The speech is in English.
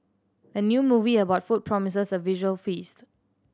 the new movie about food promises a visual feast